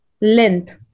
length